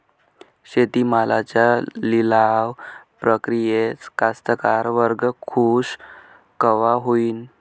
शेती मालाच्या लिलाव प्रक्रियेत कास्तकार वर्ग खूष कवा होईन?